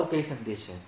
और कई संदेश हैं